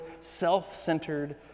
self-centered